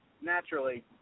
naturally